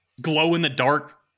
glow-in-the-dark